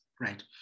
right